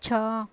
ଛଅ